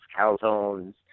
calzones